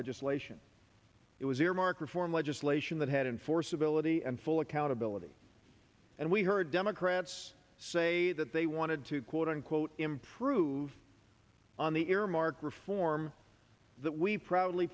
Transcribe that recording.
legislation it was earmark reform legislation that had enforceability and full accountability and we heard democrats say that they wanted to quote unquote improve on the earmark reform that we pro